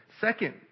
second